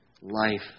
life